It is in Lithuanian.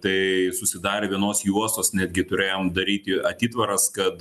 tai susidarė vienos juostos netgi turėjom daryti atitvaras kad